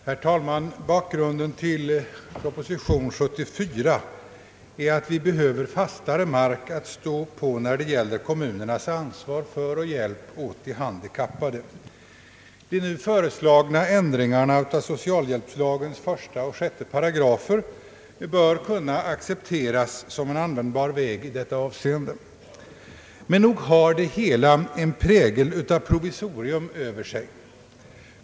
Herr talman! Motiveringen till proposition 74 är att vi behöver fastare mark att stå på när det gäller kommunernas ansvar för och hjälp åt de handikappade. De nu föreslagna ändringarna av socialhjälpslagens 1 och 6 §§ bör kunna accepteras som en framkomlig väg i detta avseende. Men nog har det hela en prägel av provisorium över sig.